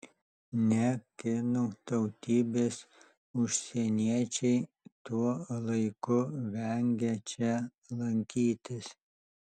ne kinų tautybės užsieniečiai tuo laiku vengia čia lankytis